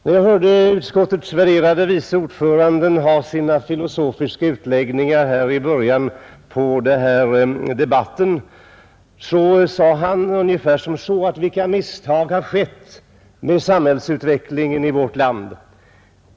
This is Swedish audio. När utskottets värderade vice ordförande gjorde sina filosofiska utläggningar i början av den här debatten sade han ungefär som så, att visst kan misstag ha skett i samhällsutvecklingen i vårt land.